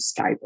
skype